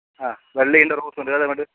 ആ വെള്ളയുണ്ട് റോസുണ്ട് ഏതാ വേണ്ടത്